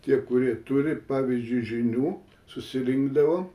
tie kurie turi pavyzdžiui žinių susirinkdavom